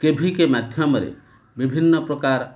କେ V K ମାଧ୍ୟମରେ ବିଭିନ୍ନ ପ୍ରକାର